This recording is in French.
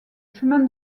chemin